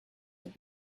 have